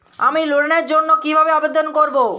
আমি লোনের জন্য কিভাবে আবেদন করব?